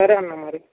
సరే అన్న మరి